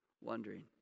wondering